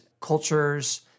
cultures